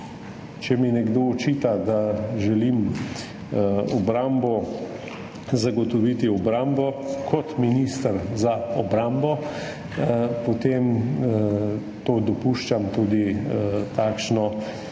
če mi nekdo očita, da želim zagotoviti obrambo kot minister za obrambo, potem to dopuščam tudi takšno